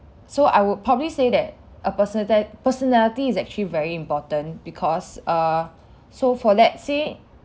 so I would probably say that a personality personality is actually very important because err so for let's say